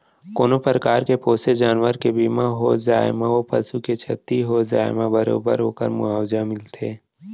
कोनों परकार के पोसे जानवर के बीमा हो जाए म ओ पसु के छति हो जाए म बरोबर ओकर मुवावजा मिलथे